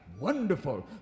Wonderful